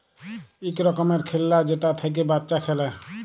ইক রকমের খেল্লা যেটা থ্যাইকে বাচ্চা খেলে